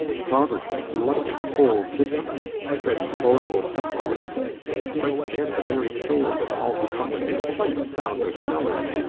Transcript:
poverty blights whole cities spreads horrible pestilences strikes dead the very souls of all who come within sight, sound or smell of it.